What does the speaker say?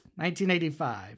1985